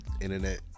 internet